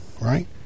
right